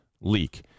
leak